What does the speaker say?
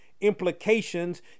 implications